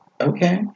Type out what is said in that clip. Okay